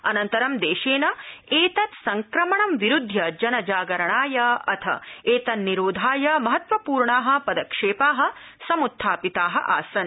अनन्तरं देशेन एतत् संक्रमणं विरुध्य जनजागरणाय अथ एतन्निरोधाय महत्वपूर्णाः पदक्षेपाः समृत्थापिताः आसन्